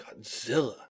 Godzilla